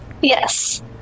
Yes